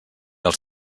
els